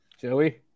Joey